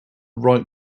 right